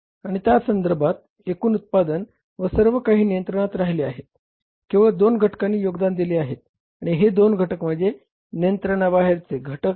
आणि त्या संदर्भात एकूण उत्पादन व सर्व काही नियंत्रणात राहिले आहेत केवळ दोन घटकांनी योगदान दिले आहे आणि हे दोन घटक म्हणजे नियंत्रणाबाहेरचे घटक आहेत